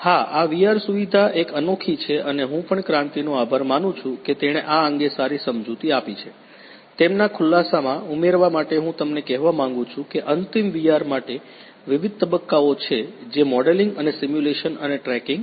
હા આ VR સુવિધા એક અનોખી છે અને હું પણ ક્રાંતિનો આભાર માનું છું કે તેણે આ અંગે સારી સમજૂતી આપી છે તેમના ખુલાસામાં ઉમેરવા માટે હું તમને કહેવા માંગુ છું કે અંતિમ VR માટે વિવિધ તબક્કાઓ છે જે મોડેલિંગ અને સિમ્યુલેશન અને ટ્રેકિંગ છે